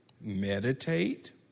meditate